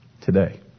today